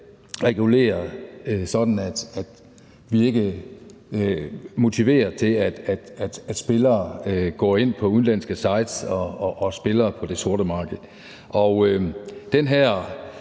regulere, sådan at vi ikke motiverer til, at spillere går ind på udenlandske sites og spiller på det sorte marked. Og den her